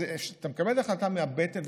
כשאתה מקבל את ההחלטה מהבטן,